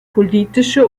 politische